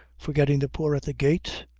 forgetting the poor at the gate.